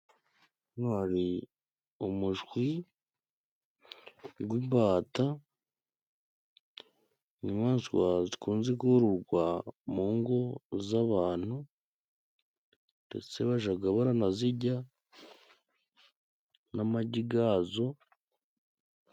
Hano hari umushwi gw'imbata. Inyamaswa zikunze gorogwa mu ngo z'abantu ndetse bajagaba ranazijya n'amagi gazo.